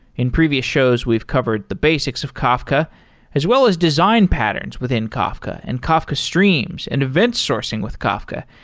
in previous shows, we've covered the basics of kafka as well as design patterns within kafka, and kafka streams, and event sourcing with kafka,